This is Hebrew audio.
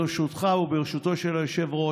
ברשותך וברשותו של היושב-ראש,